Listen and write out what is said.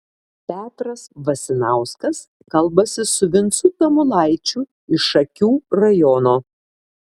petras vasinauskas kalbasi su vincu tamulaičiu iš šakių rajono